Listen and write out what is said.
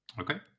Okay